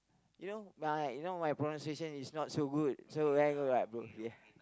you know my you know my pronunciation is not so good so bro yeah